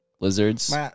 lizards